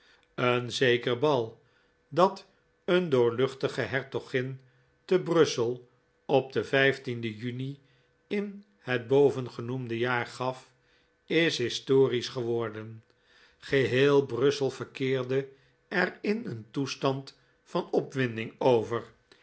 een zeker bal dat een doorluchtige hertogin te brussel op den juni in het bovengenoemde jaar gaf is historssch geworden geheel brussel verkeerde er in een toestand van opwinding over